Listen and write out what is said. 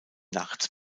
nachts